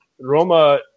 Roma